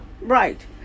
Right